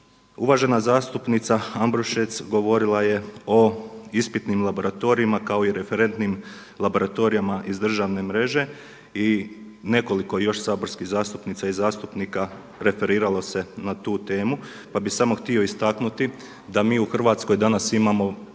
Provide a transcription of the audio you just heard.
Uvažena zastupnica Ambrušec govorila je o ispitnim laboratorijima kao i referentnim laboratorijima iz državne mreže i nekoliko još saborskih zastupnica i zastupnika referiralo se na tu temu, pa bih samo htio istaknuti mi u Hrvatskoj danas imamo